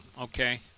okay